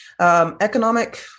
economic